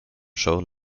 shown